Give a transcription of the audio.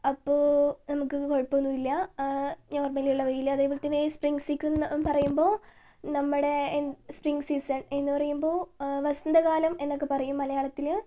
അപ്പോൾ നമുക്ക് കുഴപ്പമൊന്നുമില്ല നോർമലി ഉള്ള വെയിൽ അതേപോലെതന്നെ സ്പ്രിംങ്ങ് സീസൺ എന്നു പറയുമ്പോൾ നമ്മുടെ സ്പ്രിങ്ങ് സീസൺ എന്നു പറയുമ്പോൾ വസന്തകാലം എന്നൊക്കെ പറയും മലയാളത്തിൽ